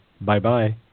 Bye-bye